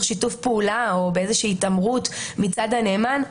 שיתוף פעולה או באיזושהי התעמרות מצד הנאמן,